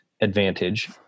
advantage